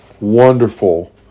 wonderful